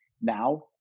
now